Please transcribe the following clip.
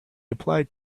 applied